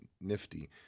nifty